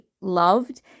loved